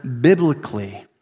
biblically